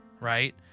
right